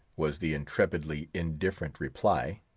was the intrepidly indifferent reply,